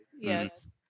Yes